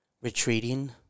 Retreating